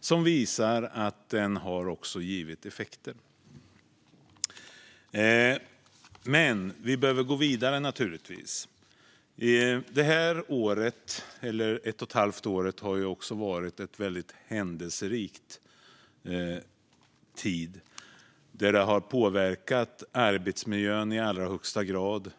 som visar att den har gett effekt. Men vi behöver naturligtvis gå vidare. Det senaste året, eller de senaste 18 månaderna, har varit en händelserik tid. Covid-19 har påverkat arbetsmiljön i allra högsta grad.